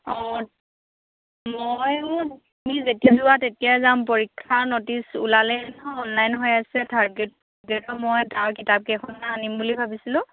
অঁ মইও তুমি যেতিয়া যোৱা তেতিয়া যাম পৰীক্ষা নটিছ ওলালে নহয় অনলাইন হৈ আছে থাৰ্ড গ্ৰেড গ্ৰেডৰ মই তাৰ কিতাপ কেইখনমান আনিম বুলি ভাবিছিলোঁ